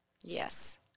yes